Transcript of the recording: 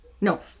No